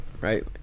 right